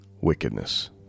wickedness